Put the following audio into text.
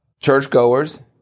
Churchgoers